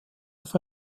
auf